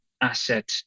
asset